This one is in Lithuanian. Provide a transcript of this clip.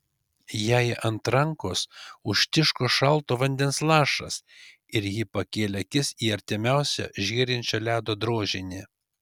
jai ant rankos užtiško šalto vandens lašas ir ji pakėlė akis į artimiausią žėrinčio ledo drožinį